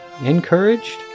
encouraged